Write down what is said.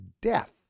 death